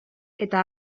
eta